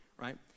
right